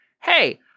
Hey